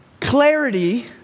clarity